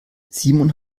simon